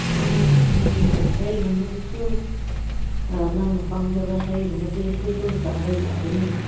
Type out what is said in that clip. ꯍꯣꯏ ꯅꯪꯅ ꯍꯩꯒꯨꯝꯕꯗꯨꯁꯨ ꯅꯪꯅ ꯄꯝꯖꯕ ꯍꯩꯒꯨꯝꯕꯗꯨꯁꯨ ꯑꯗꯨꯝ ꯆꯥꯕ ꯌꯥꯒꯅꯤ